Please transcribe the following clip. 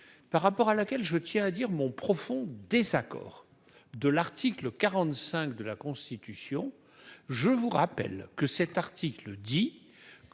par rapport à laquelle je tiens à dire mon profond désaccord de l'article 45 de la Constitution, je vous rappelle que cet article dit